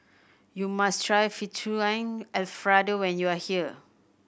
you must try Fettuccine Alfredo when you are here